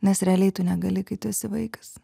nes realiai tu negali kai tu esi vaikas